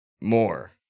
more